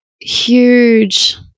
huge